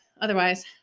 otherwise